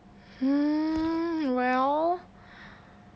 hmm well